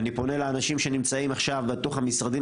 ואני פונה לאנשים שנמצאים עכשיו בתוך המשרדים